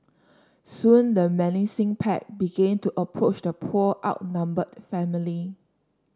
soon the menacing pack began to approach the poor outnumbered family